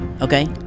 Okay